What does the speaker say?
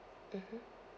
mmhmm